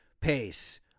pace